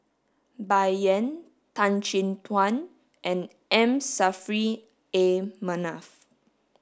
Bai Yan Tan Chin Tuan and M Saffri A Manaf